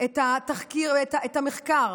את המחקר